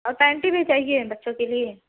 और पैंटी भी चाहिए बच्चों के लिए